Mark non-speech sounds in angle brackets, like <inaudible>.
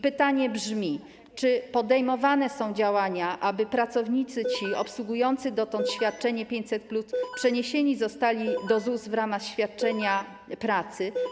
Pytanie brzmi: Czy podejmowane są działania, aby pracownicy <noise> obsługujący dotąd świadczenie 500+ przeniesieni zostali do ZUS w ramach świadczenia pracy?